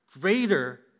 greater